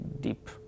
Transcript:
deep